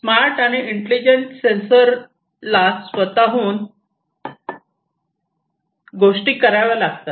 smart आणि intelligent sensor ला स्वतःहून गोष्टी कराव्या लागतात